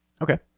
Okay